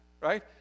Right